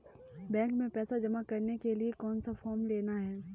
Bank में पैसा जमा करने के लिए कौन सा फॉर्म लेना है?